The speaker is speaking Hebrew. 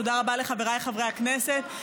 תודה רבה לחבריי חברי הכנסת,